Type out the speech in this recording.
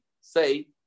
say